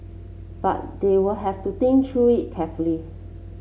but they will have to think through it carefully